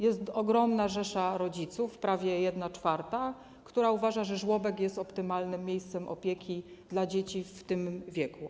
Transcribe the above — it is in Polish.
Jest ogromna rzesza rodziców, prawie 1/4, która uważa, że żłobek jest optymalnym miejscem opieki dla dzieci w tym wieku.